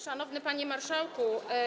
Szanowny Panie Marszałku!